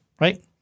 right